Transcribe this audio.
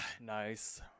nice